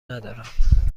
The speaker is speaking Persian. ندارم